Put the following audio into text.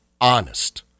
honest